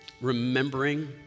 remembering